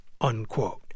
Unquote